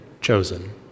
chosen